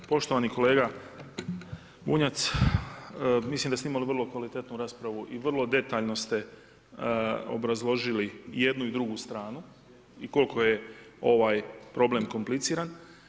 Poštovani kolega Bunjac, mislim da ste imali vrlo kvalitetnu raspravu i vrlo detaljno ste obrazložili jednu i drugu stranu i koliko je ovaj problem kompliciran.